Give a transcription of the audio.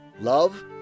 love